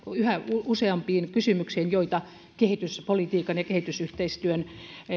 yhä useampiin kysymyksiin joita kehityspolitiikan ja kehitysyhteistyön